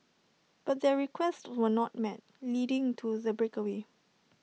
but their requests were not met leading to the breakaway